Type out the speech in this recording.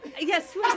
Yes